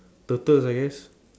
turtles I guess